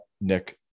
Nick